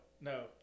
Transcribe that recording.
no